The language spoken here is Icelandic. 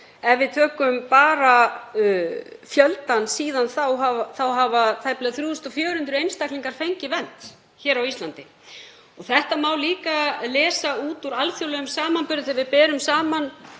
Ef við tökum bara fjöldann síðan þá, þá hafa tæplega 3.400 einstaklingar fengið vernd hér á Íslandi. Þetta má líka lesa út úr alþjóðlegum samanburði. Þegar við berum saman